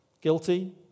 guilty